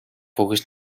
volgens